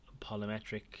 Polymetric